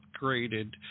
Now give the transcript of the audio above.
upgraded